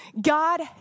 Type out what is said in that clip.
God